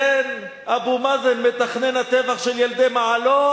כן, אבו מאזן מתכנן הטבח של ילדי מעלות.